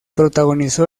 protagonizó